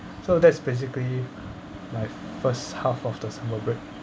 so that's basically like first half of the summer break